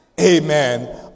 Amen